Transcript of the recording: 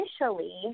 initially